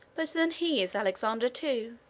but then he is alexander too.